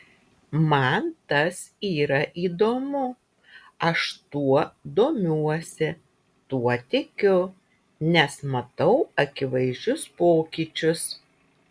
man tas yra įdomu aš tuo domiuosi tuo tikiu nes matau akivaizdžius pokyčius